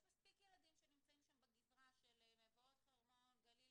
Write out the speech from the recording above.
יש מספיק ילדים שנמצאים שם בגזרה של מבואות חרמון-גליל